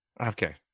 okay